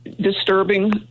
disturbing